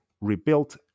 rebuilt